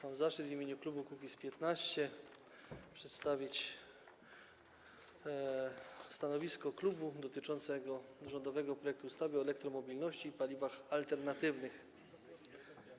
Mam zaszczyt w imieniu klubu Kukiz'15 przedstawić stanowisko klubu dotyczące rządowego projektu ustawy o elektromobilności i paliwach alternatywnych.